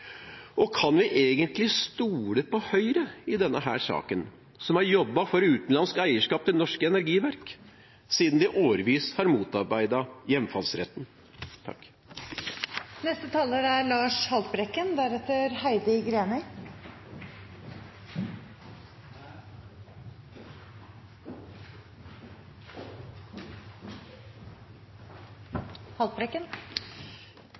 nettverk. Kan vi egentlig stole på Høyre i denne saken, som har jobbet for utenlandsk eierskap for norske energiverk, siden de i årevis har motarbeidet hjemfallsretten? Det hevdes med stor patos fra enkelte at tilslutning til ACER er